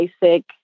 basic